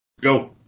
Go